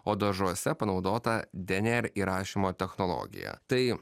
o dažuose panaudota dnr įrašymo technologija tai